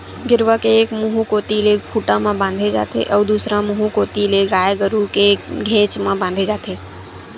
गेरवा के एक मुहूँ कोती ले खूंटा म बांधे जाथे अउ दूसर मुहूँ कोती ले गाय गरु के घेंच म बांधे जाथे